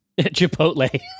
Chipotle